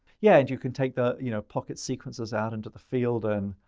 yeah. and you can take the, you know, pocket sequences out into the field in,